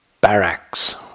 barracks